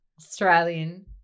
Australian